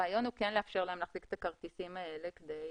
הרעיון הוא כן לאפשר להם להחזיק את הכרטיסים האלה כדי